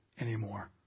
anymore